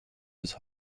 des